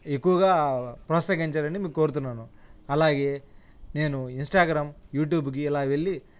ఎక్కువగా ప్రోత్సహించాలని మీకు కోరుతున్నాను అలాగే నేను ఇన్స్టాగ్రామ్ యూట్యూబ్కి ఇలా వెళ్ళి